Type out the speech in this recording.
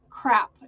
crap